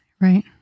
Right